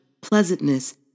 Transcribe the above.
pleasantness